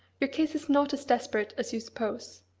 your case is not as desperate as you suppose.